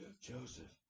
Joseph